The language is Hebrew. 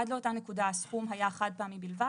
עד לאותה נקודה הסכום היה חד פעמי בלבד,